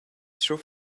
true